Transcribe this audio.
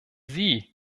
sie